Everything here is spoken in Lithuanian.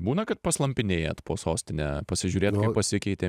būna kad paslampinėjat po sostinę pasižiūrėt kaip pasikeitė